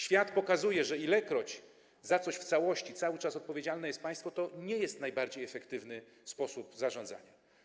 Świat pokazuje, że ilekroć za coś w całości cały czas odpowiedzialne jest państwo, tylekroć nie jest to najbardziej efektywny sposób zarządzania.